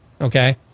Okay